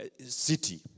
city